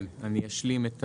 כן, אני אשלים.